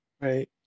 Right